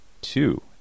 two